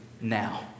now